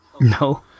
No